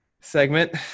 segment